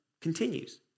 continues